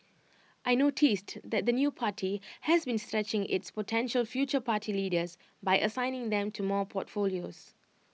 I noticed that the new party has been stretching its potential future party leaders by assigning them to more portfolios